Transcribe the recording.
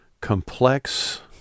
complex